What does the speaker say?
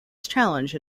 challenge